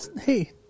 Hey